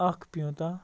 اَکھ پیٛوٗنٛتاہ